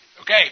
Okay